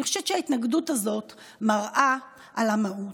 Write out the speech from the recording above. אני חושבת שההתנגדות הזאת מראה על המהות.